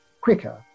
quicker